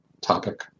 topic